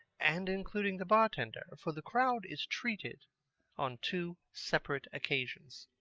and including the bar tender, for the crowd is treated on two separate occasions.